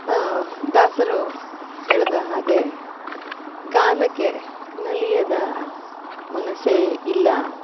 ದಾಸರು ಹೇಳಿದ ಹಾಗೆ ಗಾನಕ್ಕೆ ನಲಿಯದ ಮನಸ್ಸೇ ಇಲ್ಲ